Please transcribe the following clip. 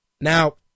Now